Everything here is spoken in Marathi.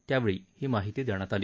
त्यावेळी ही माहिती देण्यात आली